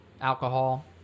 alcohol